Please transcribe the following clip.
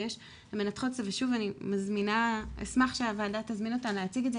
אני אשמח שהוועדה תזמין אותם להציג את זה.